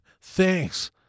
thanks